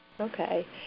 Okay